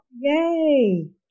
yay